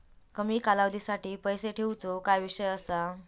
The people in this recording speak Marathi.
कमी कालावधीसाठी पैसे ठेऊचो काय विषय असा?